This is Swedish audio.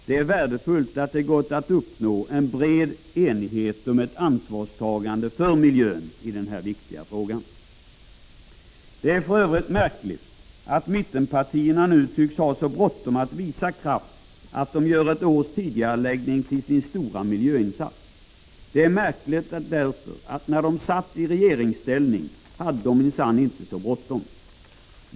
Det är värdefullt att det har gått att uppnå en bred enighet om ett ansvarstagande för miljön i denna viktiga fråga. Det är för övrigt märkligt att mittenpartierna nu har så bråttom att visa kraft att de gör ett års tidigareläggning till sin stora miljöinsats. Det är märkligt därför att de när de satt i regeringsställning minsann inte hade så bråttom.